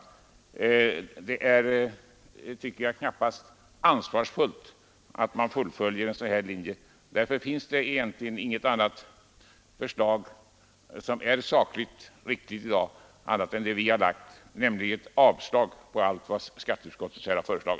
Enligt min mening är det knappast ansvarsfullt att fullfölja en sådan linje. Det finns därför i dag inte något annat sakligt riktigt förslag än vårt, dvs. avslag på skatteutskottets förslag.